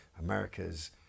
America's